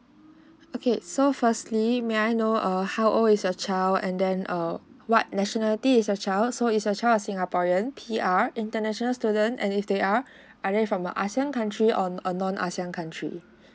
okay so firstly may I know err how old is your child and then err what nationality is your child so is your child a singaporeans P_R international student and if they are either from a asean country on or non asean country